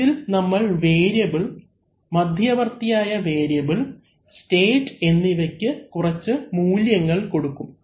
ഇതിൽ നമ്മൾ വേരിയബിൽ മധ്യവർത്തിയായ വേരിയബിൽ സ്റ്റേറ്റ് എന്നിവയ്ക്ക് കുറച്ച് മൂല്യങ്ങൾ കൊടുക്കും